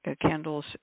candles